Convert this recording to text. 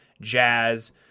jazz